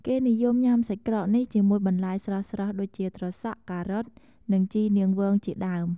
គេនិយមញ៉ាំសាច់ក្រកនេះជាមួយ បន្លែស្រស់ៗ ដូចជាត្រសក់ ការ៉ុត និងជីនាងវងជាដើម។